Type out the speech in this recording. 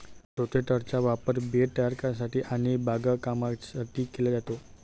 रोटेटरचा वापर बेड तयार करण्यासाठी आणि बागकामासाठी केला जातो